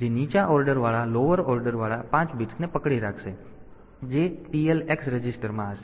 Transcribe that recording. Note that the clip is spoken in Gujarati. જે નીચા ઓર્ડરવાળા લોઅર ઓર્ડરવાળા 5 બીટ્સને પકડી રાખશે અને જે TL x રજિસ્ટરમાં હશે